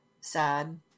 sad